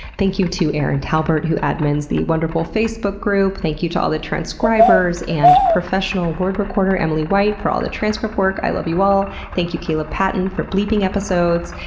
thank you to erin talbert who admins the wonderful facebook group. thank you to all the transcribers and professional word recorder, emily white, for all the transcript work. i love you all. thank you caleb patton for bleeping episodes.